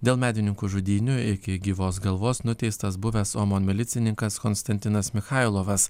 dėl medininkų žudynių iki gyvos galvos nuteistas buvęs omon milicininkas konstantinas michailovas